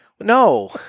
No